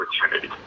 opportunity